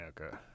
okay